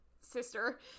sister